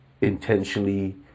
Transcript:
intentionally